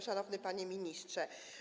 Szanowny Panie Ministrze!